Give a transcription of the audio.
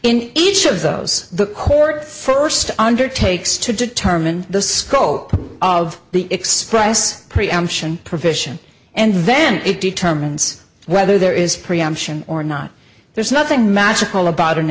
in each of those the court first undertakes to determine the scope of the express preemption provision and then it determines whether there is preemption or not there's nothing magical about an